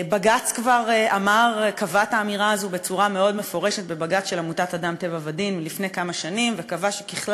בג"ץ כבר קבע את האמירה הזאת בצורה מאוד מפורשת בבג"ץ של עמותת "אדם,